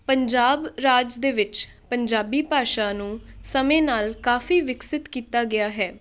ਪੰਜਾਬ ਰਾਜ ਦੇ ਵਿੱਚ ਪੰਜਾਬੀ ਭਾਸ਼ਾ ਨੂੰ ਸਮੇਂ ਨਾਲ ਕਾਫੀ ਵਿਕਸਿਤ ਕੀਤਾ ਗਿਆ ਹੈ